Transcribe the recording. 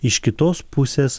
iš kitos pusės